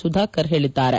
ಸುಧಾಕರ್ ಹೇಳಿದ್ದಾರೆ